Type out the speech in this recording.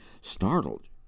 Startled